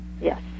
Yes